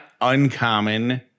uncommon